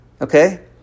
Okay